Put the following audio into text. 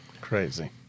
Crazy